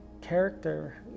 character